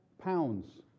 pounds